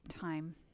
time